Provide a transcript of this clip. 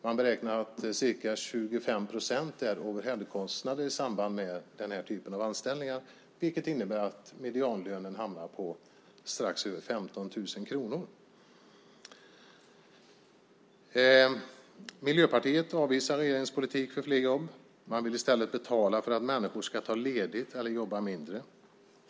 Man beräknar att ca 25 procent är overheadkostnader i samband med den här typen av anställningar, vilket innebär att medianlönen hamnar på strax över 15 000 kronor. Miljöpartiet avvisar regeringens politik för fler jobb. Man vill i stället betala för att människor ska ta ledigt eller jobba mindre.